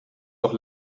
doch